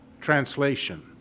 translation